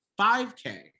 5K